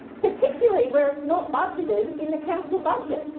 particularly where it's not budgeted in the council budget.